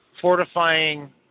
fortifying